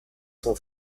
son